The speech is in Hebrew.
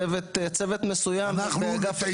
צוות מסוים באגף התקציבים באוצר.